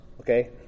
Okay